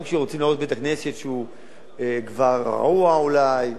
גם כשרוצים להרוס בית-כנסת שהוא כבר אולי רעוע,